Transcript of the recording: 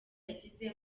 yagize